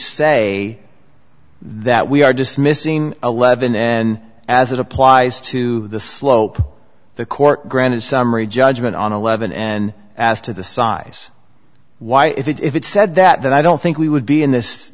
say that we are dismissing eleven and as it applies to the slope the court granted summary judgment on eleven and as to the size why if it said that then i don't think we would be in this